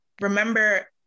remember